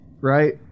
right